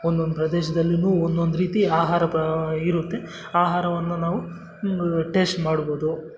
ಒಂದೊಂದು ಪ್ರದೇಶದಲ್ಲಿ ಒಂದೊಂದು ರೀತಿ ಆಹಾರ ಪ ಇರುತ್ತೆ ಆಹಾರವನ್ನು ನಾವು ಟೇಸ್ಟ್ ಮಾಡ್ಬೌದು